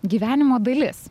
gyvenimo dalis